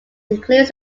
includes